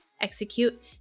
execute